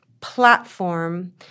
platform